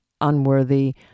unworthy